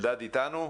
בבקשה.